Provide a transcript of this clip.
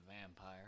vampire